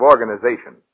organization